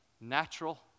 natural